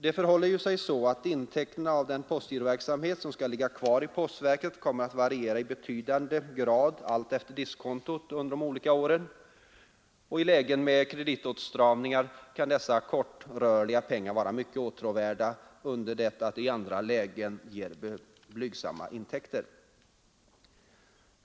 Det förhåller sig ju så att intäkterna av den postgiroverksamhet som skall ligga kvar i postverket kommer att variera i betydande grad alltefter diskontot under de olika åren, och i lägen med kreditåtstramningar kan dessa kortrörliga pengar vara mycket åtråvärda under det att de i andra lägen ger blygsamma intäkter.